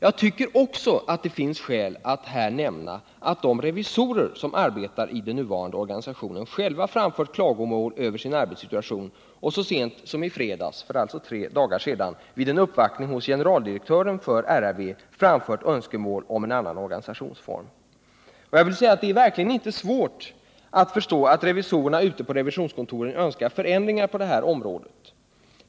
Jag tycker också att det finns skäl att nämna att de revisorer som arbetar inom den nuvarande organisationen själva har framfört klagomål över sin arbetssituation och så sent som i fredags; alltså för tre dagar sedan, vid en uppvaktning hos generaldirektören för RRV framfört önskemål om en annan organisationsform. Det är verkligen inte svårt att förstå att revisorerna ute på revisionskontoren önskar ändringar på det här området.